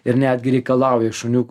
ir netgi reikalauja iš šuniukų